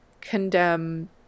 condemn